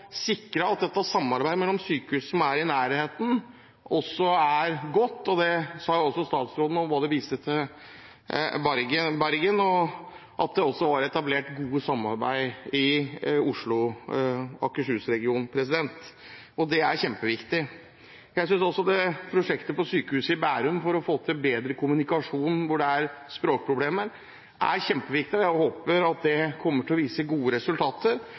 sikre at samarbeidet mellom sykehus som er i nærheten, også er godt. Det sa statsråden da han viste både til Bergen og til at det også var etablert gode samarbeid i Oslo- og Akershus-regionen. Det er kjempeviktig. Jeg synes prosjektet på Bærum sykehus for å få til bedre kommunikasjon der det er språkproblemer, er kjempeviktig. Jeg håper det kommer til å vise gode resultater,